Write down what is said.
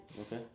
Okay